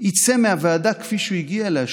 יצא מהוועדה כפי שהוא הגיע אליה,